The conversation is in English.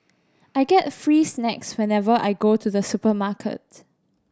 I get free snacks whenever I go to the supermarkets